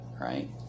right